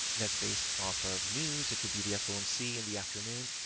that's based off of news. it could be the fomc in the afternoon.